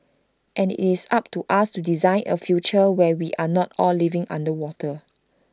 and IT is up to us to design A future where we are not all living underwater